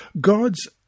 God's